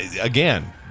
again